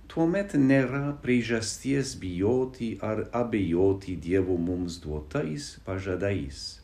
tuomet nėra priežasties bijoti ar abejoti dievo mums duotais pažadais